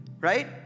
right